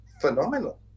phenomenal